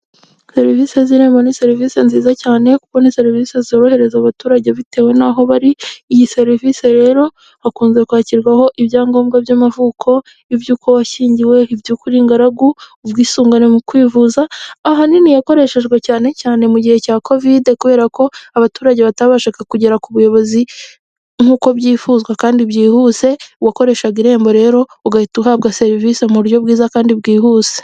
Serivisi z’ Irembo ni serivisi nziza cyane kuko ni serivisi zorohereza abaturage, bitewe n’aho bari. Iyi serivisi rero hakunze kwakirwaho ibyangombwa by’amavuko, ibyo uko washyingiwe, ibyo uko uri ingaragu, ubwisungane mu kwivuza. Ahanini yakoreshejwe cyane cyane mu gihe cya COVID, kubera ko abaturage batabasha kugera ku buyobozi nk’uko byifuzwa. Kandi byihuse wakoreshaga Irembo rero, ugahita uhabwa serivisi mu buryo bwiza kandi bwihuse.